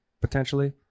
potentially